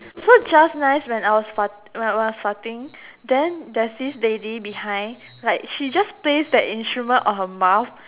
so just nice when I was fart when I was farting then there was this behind like she just play her instrument on her mouth